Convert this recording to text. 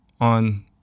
on